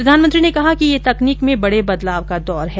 प्रधानमंत्री ने कहा कि यह तकनीक में बड़े बदलाव का दौर है